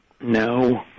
No